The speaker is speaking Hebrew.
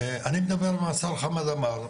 אני מדבר עם השר חמאד עמר,